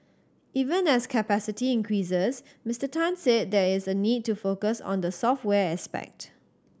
even as capacity increases Mister Tan said there is a need to focus on the software aspect